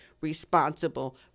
responsible